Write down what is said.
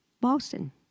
Boston